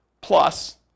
Plus